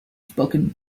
spoken